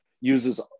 uses